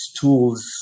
tools